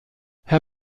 herr